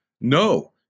no